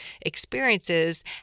experiences